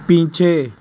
पीछे